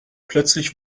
plötzlich